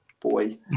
boy